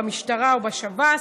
במשטרה ובשב"ס.